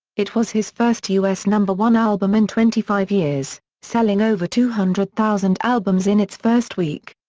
it was his first us number one album in twenty five years, selling over two hundred thousand albums in its first week.